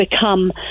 become